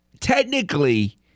technically